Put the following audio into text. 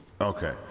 Okay